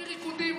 בלי ריקודים,